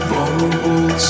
Vulnerable